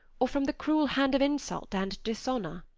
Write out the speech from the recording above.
or from the cruel hand of insult and dishonour.